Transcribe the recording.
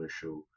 issue